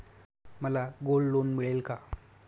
मला gold loan मिळेल का?